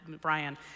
Brian